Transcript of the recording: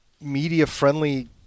media-friendly